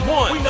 one